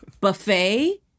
buffet